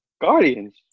Guardians